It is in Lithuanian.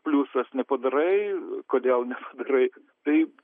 pliusas nepadarai kodėl nepadarei taip